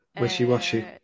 wishy-washy